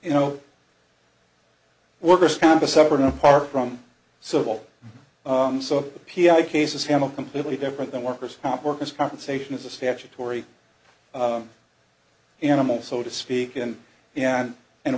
you know workers comp a separate and apart from civil so p i cases have a completely different than worker's comp worker's compensation is a statutory animal so to speak and and and